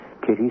Kitty